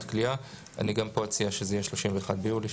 כליאה." אני גם פה אציע שזה יהיה 31 ביולי,